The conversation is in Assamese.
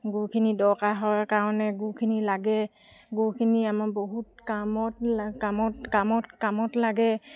গুখিনি দৰকাৰ হয় কাৰণে গুখিনি লাগে গুখিনি আমাৰ বহুত কামত কামত লাগে